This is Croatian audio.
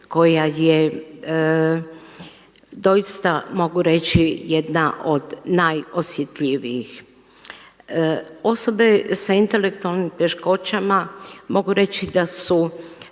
koja je doista mogu reći jedna od najosjetljivijih. Osobe sa intelektualnim teškoćama mogu reći da su